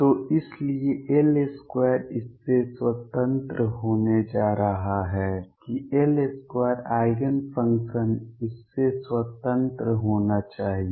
तो इसलिए L2 इससे स्वतंत्र होने जा रहा है कि L2 आइगेन फंक्शन इससे स्वतंत्र होना चाहिए